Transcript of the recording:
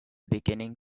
beginning